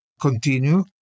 continue